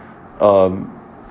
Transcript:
um